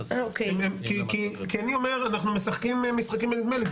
כי אני אומר אנחנו משחקים משחקים בנדמה לי,